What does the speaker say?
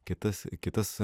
kitas kitas